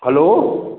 hello